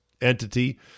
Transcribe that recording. entity